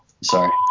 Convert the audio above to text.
Sorry